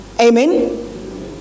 amen